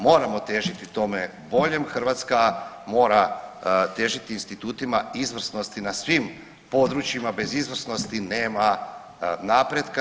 Moramo težiti tome boljem, Hrvatska mora težiti institutima izvrsnosti na svim područjima bez izvrsnosti nema napretka.